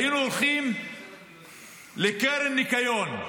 היינו הולכים לקרן ניקיון.